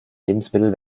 lebensmittel